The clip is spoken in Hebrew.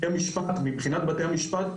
מבחינת בתי המשפט,